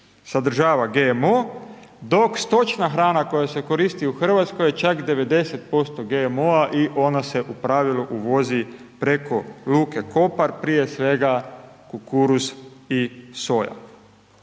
sadržava GMO, dok stočna hrana koja se koristi u Hrvatskoj, je čak, 90% GMO-a i ona se u pravilu uvozi preko luke Kopar, prije svega, kukuruz i soja.